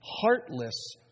heartless